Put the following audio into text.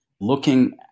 looking